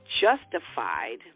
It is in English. justified